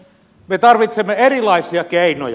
me tarvitsemme erilaisia keinoja